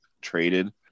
traded